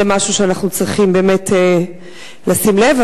זה משהו שאנחנו צריכים לשים לב אליו.